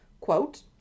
quote